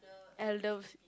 elders